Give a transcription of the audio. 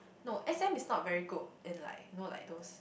no S_M is not very good and like not like those